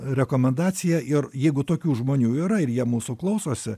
rekomendacija ir jeigu tokių žmonių yra ir jie mūsų klausosi